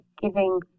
giving